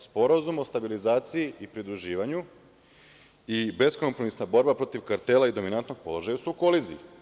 Sporazum o stabilizaciji i pridruživanju i bez kompromisna borba protiv kartela i dominantnog položaja su u koliziji.